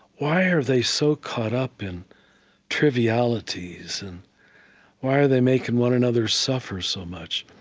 why are they so caught up in trivialities, and why are they making one another suffer so much?